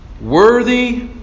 Worthy